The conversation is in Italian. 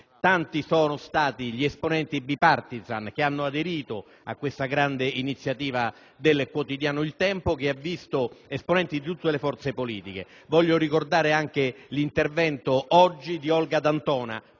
Tanti sono stati gli esponenti *bipartisan* che hanno aderito a questa grande iniziativa, che ha visto la partecipazione di esponenti di tutte le forze politiche. Voglio ricordare altresì l'intervento, oggi, di Olga D'Antona,